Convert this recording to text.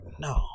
no